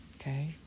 Okay